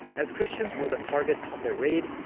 as christians were the target of their raids,